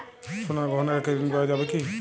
সোনার গহনা রেখে ঋণ পাওয়া যাবে কি?